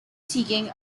seeking